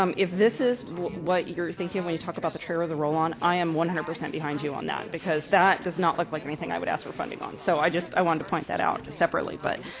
um if this is what you're thinking when you talk about the or or the roll-on, i am one hundred percent behind you on that because that does not look like anything i would ask for funding on. so i just i wanted to point that out separately. but